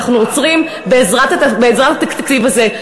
אנחנו עוזרים בעזרת התקציב הזה.